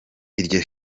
iryo